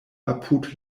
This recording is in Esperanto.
apud